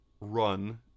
run